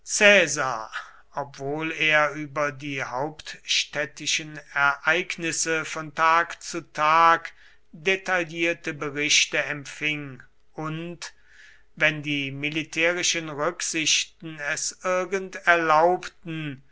obwohl er über die hauptstädtischen ereignisse von tag zu tag detaillierte berichte empfing und wenn die militärischen rücksichten es irgend erlaubten